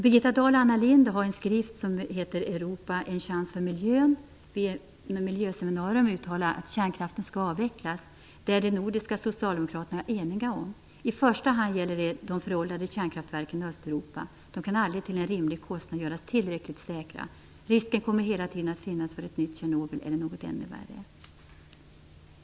Birgitta Dahl och Anna Lindh har en skrift som heter Europa - en chans för miljön. Att kärnkraften skall avvecklas är de nordiska socialdemokraterna eniga om. I första hand gäller det de föråldrade kärnkraftverken i Östeuropa. De kan aldrig till en rimlig kostnad göras tillräckligt säkra. Hela tiden kommer risken för ett nytt Tjernobyl eller något ännu värre att finnas.